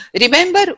Remember